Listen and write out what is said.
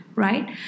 right